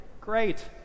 Great